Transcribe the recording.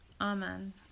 Amen